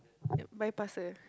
bypasser